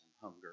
hunger